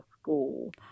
school